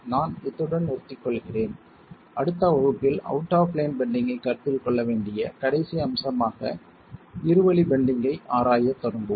நான் இத்துடன் நிறுத்திக்கொள்கிறேன் அடுத்த வகுப்பில் அவுட் ஆப் பிளேன் பெண்டிங்கை கருத்தில் கொள்ள வேண்டிய கடைசி அம்சமாக இரு வழி பெண்டிங்கை ஆராயத் தொடங்குவோம்